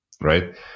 right